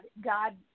God